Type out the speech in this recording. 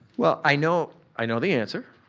well, i know i know the answer.